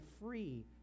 free